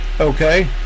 Okay